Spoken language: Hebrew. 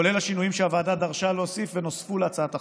כולל השינויים שהוועדה דרשה להוסיף ונוספו להצעת החוק.